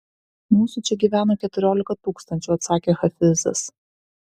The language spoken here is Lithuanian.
mūsų čia gyveno keturiolika tūkstančių atsakė hafizas